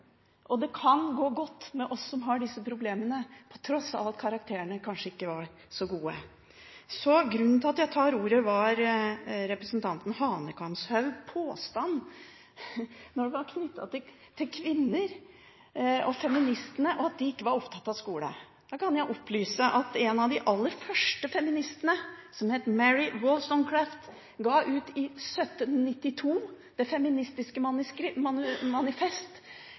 Og det kan gå godt med oss som har disse problemene, på tross av at karakterene kanskje ikke var så gode. Grunnen til at jeg tar ordet, er representanten Hanekamhaugs påstand knyttet til kvinner – om feministene, og at de ikke var opptatt av skole. Jeg kan opplyse om at en av de aller første feministene, som het Mary Wollstonecraft, ga i 1792 ut